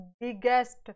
biggest